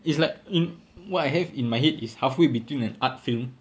it's like in what I have in my head is halfway between an art film